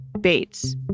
Bates